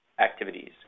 activities